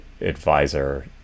advisor